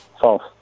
False